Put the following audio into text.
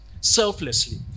selflessly